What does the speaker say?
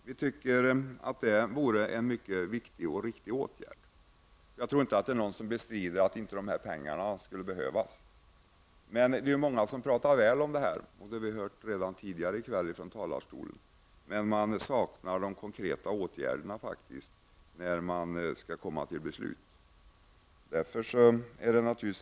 Vi tycker att detta vore en mycket viktig och riktig åtgärd. Jag tror inte att det är någon som bestrider att dessa pengar skulle behövas. Det är många som pratar väl om detta stöd -- det har vi hört tidigare i kväll här ifrån talarstolen. Men man saknar de konkreta förslagen till åtgärder när vi skall gå till beslut.